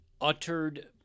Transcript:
uttered